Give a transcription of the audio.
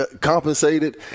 compensated